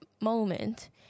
moment